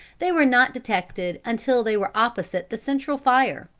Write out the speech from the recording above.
they were not detected until they were opposite the central fire,